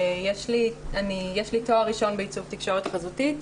יש לי תואר ראשון בעיצוב תקשורת חזותית.